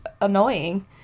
annoying